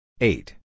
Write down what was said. Eight